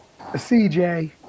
CJ